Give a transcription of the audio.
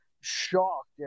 shocked